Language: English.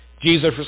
Jesus